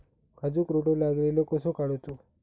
काजूक रोटो लागलेलो कसो काडूचो?